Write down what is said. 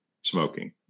smoking